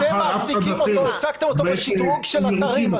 הצגת אותו בשדרוג של אתרים,